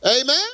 Amen